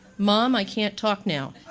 mom, i can't talk now.